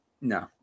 No